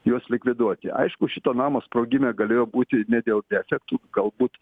juos likviduoti aišku šito namo sprogime galėjo būti ne dėl defektų galbūt